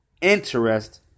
interest